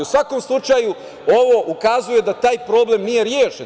U svakom slučaju, ovo ukazuje da taj problem nije rešen.